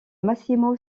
massimo